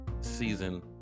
season